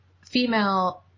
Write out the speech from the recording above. female